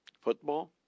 football